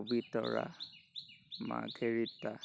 Pobitora Margherita